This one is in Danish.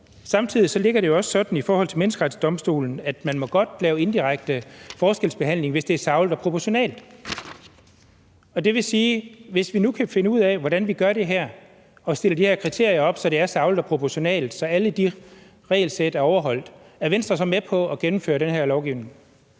Samtidig ligger det også sådan i forhold til Menneskerettighedsdomstolen, at man godt må lave indirekte forskelsbehandling, hvis det er sagligt og proportionalt. Det vil sige, at hvis vi nu kan finde ud af, hvordan vi gør det her, og stiller de her kriterier op, så det er sagligt og proportionalt, så alle de regelsæt er overholdt, er Venstre så med på at gennemføre den her lovgivning?